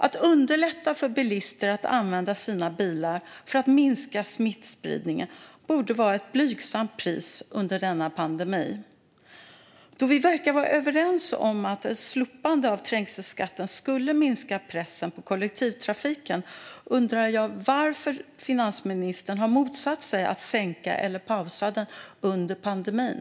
Att underlätta för bilister att använda sina bilar för att minska smittspridningen borde vara ett blygsamt pris under denna pandemi. Då vi verkar vara överens om att ett slopande av trängselskatten skulle minska pressen på kollektivtrafiken undrar jag varför finansministern har motsatt sig att sänka eller pausa den under pandemin.